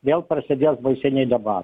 vėl prasidės baiseni debatai